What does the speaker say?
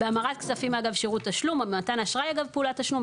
המרת כספים אגב שירות תשלום או מתן אשראי אגב פעולת תשלום,